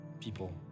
people